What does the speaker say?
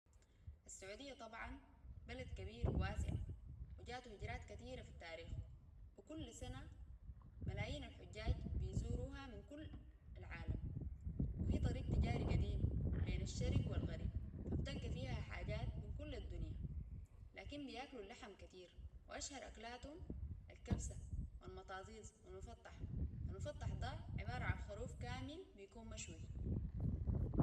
السعودية طبعا بلد كبير واسع وجاته هجرات كثيرة في التاريخ وكل سنة ملايين الحجاج بيزوروها من كل العالم وهي طريق تجاري قديم بين الشرق والغريب تلقى فيها حاجات من كل الدنيا لكن بيأكلوا اللحم كتير وأشهر أكلاتهم الكبسة والمطازيز والمفطح المفطح ده عبارة عن خروف كامل بيكون مشوي